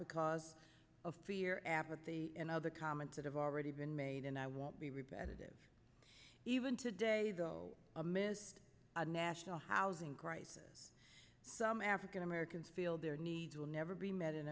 because of fear advocacy and other comments that have already been made and i won't be repetitive even today though amidst a national housing crisis some african americans feel their needs will never be met in